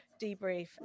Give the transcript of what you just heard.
debrief